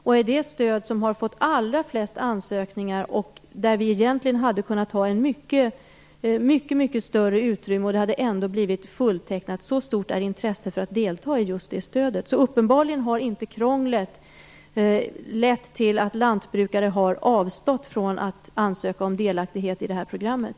Det är det stöd som har lockat till de allra flesta ansökningarna. Egentligen hade vi kunnat ha ett mycket större utrymme där. Ändå hade det blivit fulltecknat. Så stort är intresset för att delta just i fråga om det stödet. Uppenbarligen har krånglet inte lett till att lantbrukare har avstått från att ansöka om delaktighet i det här programmet.